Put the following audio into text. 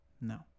No